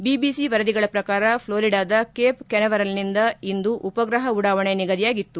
BBC ವರದಿಗಳ ಪ್ರಕಾರ ಫ್ಲೋರಿಡಾದ ಕೇಪ್ ಕೆನವೆರಲ್ನಿಂದ ಇಂದು ಉಪ್ರಗಹ ಉಡಾವಣೆ ನಿಗದಿಯಾಗಿತ್ತು